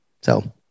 So-